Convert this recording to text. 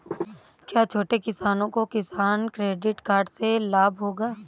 क्या छोटे किसानों को किसान क्रेडिट कार्ड से लाभ होगा?